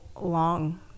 long